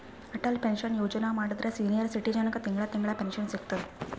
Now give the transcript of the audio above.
Atal pension Yojana ಮಾಡುದ್ರ senior ಸಿಟಿಜನ್ಗ ತಿಂಗಳಾ ತಿಂಗಳಾ ಪೆನ್ಶನ್ ಸಿಗ್ತುದ್